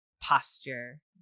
posture